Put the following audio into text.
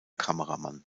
kameramann